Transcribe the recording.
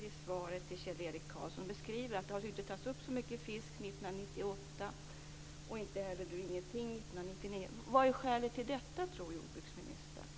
I svaret till Kjell-Erik Karlsson beskriver hon att det inte togs upp så mycket fisk 1998 och att inga fångster inrapporterades 1999. Vad tror jordbruksministern är skälet till detta?